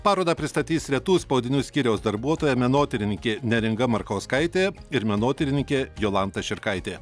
parodą pristatys retų spaudinių skyriaus darbuotoja menotyrininkė neringa markauskaitė ir menotyrininkė jolanta širkaitė